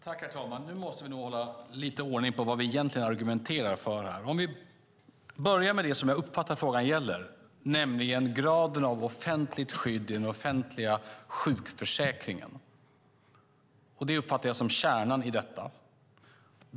Herr talman! Nu måste vi nog hålla lite ordning på vad vi egentligen argumenterar för. Vi börjar med det som jag uppfattar att frågan gäller, nämligen graden av offentligt skydd i den offentliga sjukförsäkringen. Det uppfattar jag som kärnan i detta.